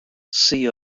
sea